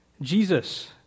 Jesus